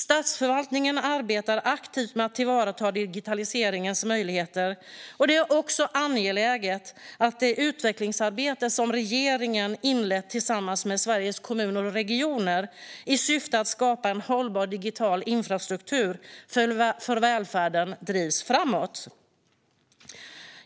Statsförvaltningen arbetar aktivt med att tillvarata digitaliseringens möjligheter, och det är också angeläget att det utvecklingsarbete som regeringen inlett tillsammans med Sveriges Kommuner och Regioner i syfte att skapa en hållbar digital infrastruktur för välfärden drivs framåt.